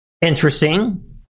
Interesting